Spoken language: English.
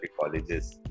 colleges